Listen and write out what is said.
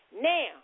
Now